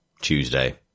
Tuesday